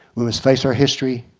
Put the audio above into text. we must face our history.